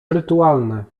rytualne